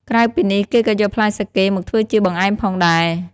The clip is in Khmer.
ក្រៅពីនេះ គេក៏យកផ្លែសាកេមកធ្វើជា បង្អែម ផងដែរ។